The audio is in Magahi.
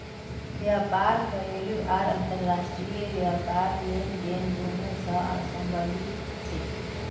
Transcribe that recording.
व्यापार घरेलू आर अंतर्राष्ट्रीय व्यापार लेनदेन दोनों स संबंधित छेक